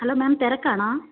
hello ma'am തിരക്കാണോ